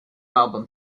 album